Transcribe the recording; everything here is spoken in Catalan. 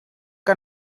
que